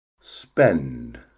Spend